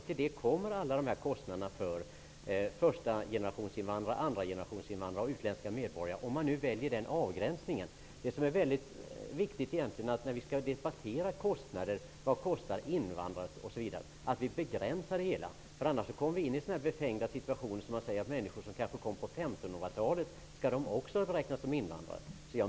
Till det kommer kostnaderna för förstagenerationsinvandrarna, andragenerationsinvandrarna och utländska medborgare, beroende på var man väljer att göra avgränsningen. Det är viktigt att begränsa diskussionen när man talar om kostnaderna för invandrarna. Annars kan man komma in i befängda situationer, där man frågar sig om också grupper som kanske kom till Sverige på 1500-talet skall räknas som invandrare.